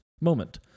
moment